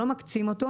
אנחנו לא מקצים אותו,